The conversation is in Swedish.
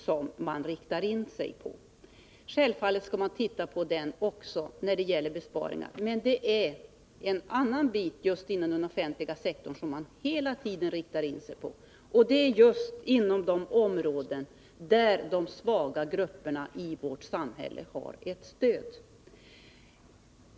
Självfallet skall man när det gäller besparingar också se på den offentliga sektorn, men det är en viss del av den offentliga sektorn som man hela tiden riktar in sig på, och det är just de områden där de svaga grupperna i vårt samhälle har ett stöd.